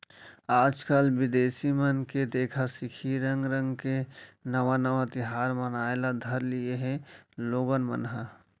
आजकाल बिदेसी मन के देखा सिखी रंग रंग के नावा नावा तिहार मनाए ल धर लिये हें लोगन मन ह